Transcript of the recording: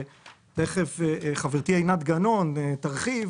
ותיכף חברתי עינת גנון תרחיב,